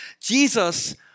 Jesus